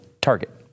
Target